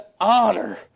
honor